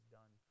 done